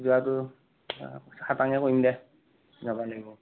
যোৱাটো খাতাঙে কৰিম দে দেওবাৰলৈ